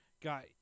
got